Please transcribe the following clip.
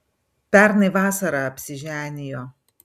pernai vasarą apsiženijo